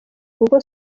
kuko